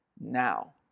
now